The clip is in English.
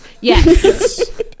Yes